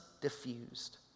diffused